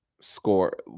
score